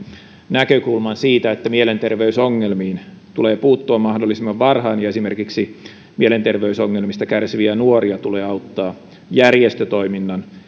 näkökulman siitä että mielenterveysongelmiin tulee puuttua mahdollisimman varhain ja esimerkiksi mielenterveysongelmista kärsiviä nuoria tulee auttaa järjestötoiminnan